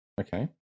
okay